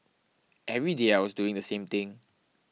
every day I was doing the same thing